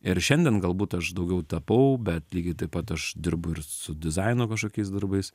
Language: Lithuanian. ir šiandien galbūt aš daugiau tapau bet lygiai taip pat aš dirbu ir su dizaino kažkokiais darbais